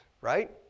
right